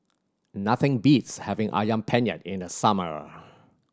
nothing beats having Ayam Penyet in the summer